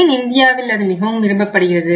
ஏன் இந்தியாவில் அது மிகவும் விரும்பப்படுகிறது